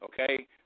Okay